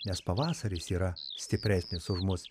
nes pavasaris yra stipresnis už mus